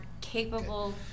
capable